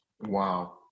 Wow